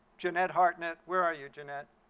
johnette hartnett where are you johnette?